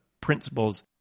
principles